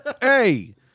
Hey